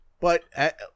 But-